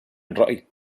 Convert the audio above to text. الرأي